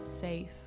safe